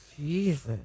Jesus